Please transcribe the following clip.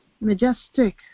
majestic